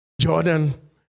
Jordan